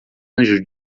anjo